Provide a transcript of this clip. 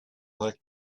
black